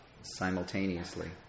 simultaneously